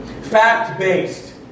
Fact-based